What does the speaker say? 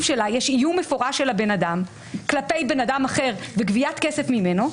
שלה יש איום מפורש של הבן אדם כלפי בן אדם אחר וגביית כסף ממנו,